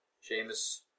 Sheamus